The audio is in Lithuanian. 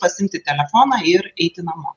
pasiimti telefoną ir eiti namo